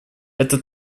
это